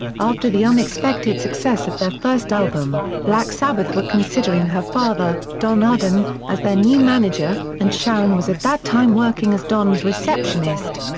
after the unexpected success of their first album, black sabbath were considering her father, don arden, as their new manager, and sharon was at that time working as don's receptionist.